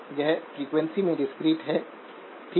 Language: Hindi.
यह फ्रीक्वेंसी में डिस्क्रीट है ठीक है